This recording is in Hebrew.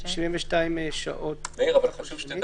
חשוב שתדע